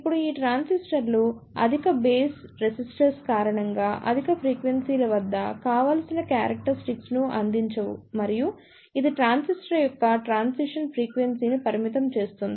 ఇప్పుడు ఈ ట్రాన్సిస్టర్లు అధిక బేస్ రెసిస్టెన్స్ కారణంగా అధిక ఫ్రీక్వెన్సీల వద్ద కావాల్సిన క్యారక్టరిస్టిక్స్ ను అందించవు మరియు ఇది ట్రాన్సిస్టర్ యొక్క ట్రాన్సిషన్ ఫ్రీక్వెన్సీ ని పరిమితం చేస్తుంది